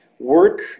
Work